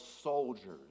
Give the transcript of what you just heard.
soldiers